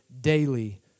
daily